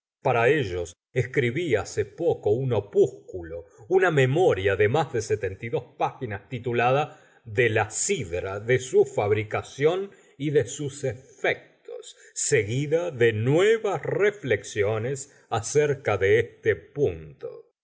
para ellos escribí hace poco un opúsculo una memoria de más de páginas titulada de la sidra de su fabricación y de sus efectos seguida de nuevas reflexiones acerca de este punto